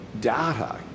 data